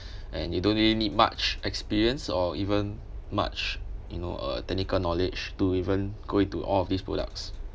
and you don't really need much experience or even much you know a technical knowledge to even go into all of these products